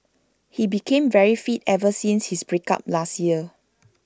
he became very fit ever since his break up last year